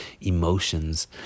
emotions